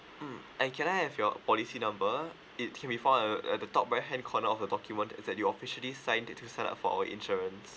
mm I can I have your policy number it's in before uh uh the top right hand corner of your document it has your officially signed in to sign up for our insurance